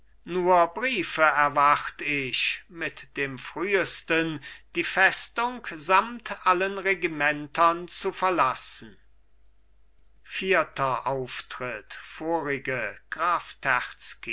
nur briefe erwart ich mit dem frühesten die festung samt allen regimentern zu verlassen vierter auftritt vorige